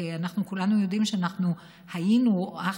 כי אנחנו כולנו יודעים שאנחנו היינו אך